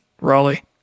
Raleigh